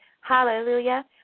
hallelujah